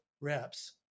reps